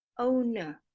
owner